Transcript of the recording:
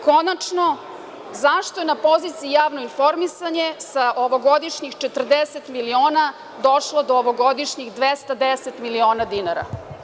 Konačno, zašto je na poziciji javno informisanje sa ovogodišnjih 40 miliona došlo do ovogodišnjih 210 miliona dinara?